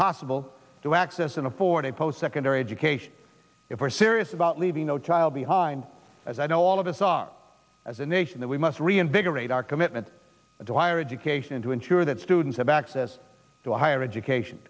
possible to access and afford it post secondary education if we're serious about leaving no child behind as i know all of us are as a nation that we must reinvigorate our commitment to higher education and to ensure that students have access to a higher education